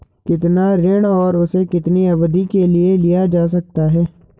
कितना ऋण और उसे कितनी अवधि के लिए लिया जा सकता है?